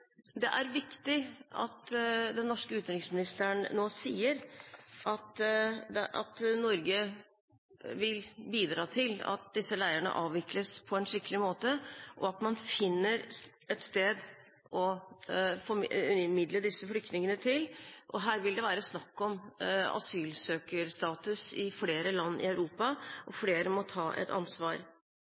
Det er viktig at den norske utenriksministeren nå sier at Norge vil bidra til at disse leirene avvikles på en skikkelig måte, og at man finner et sted å formidle disse flyktningene til. Her vil det være snakk om asylsøkerstatus i flere land i Europa, og flere må ta et ansvar.